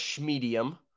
medium